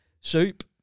Soup